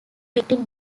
between